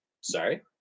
Sorry